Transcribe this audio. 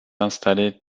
installés